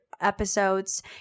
episodes